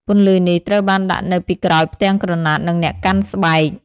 ពន្លឺនេះត្រូវបានដាក់នៅពីក្រោយផ្ទាំងក្រណាត់ និងអ្នកកាន់ស្បែក។